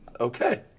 Okay